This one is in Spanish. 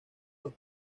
los